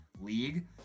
league